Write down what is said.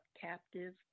captive